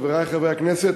חברי חברי הכנסת,